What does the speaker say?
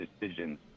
decisions